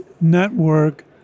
network